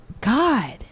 god